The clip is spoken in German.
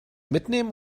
mitnehmen